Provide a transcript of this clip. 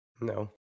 No